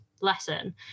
lesson